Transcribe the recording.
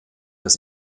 des